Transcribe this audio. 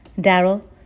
Daryl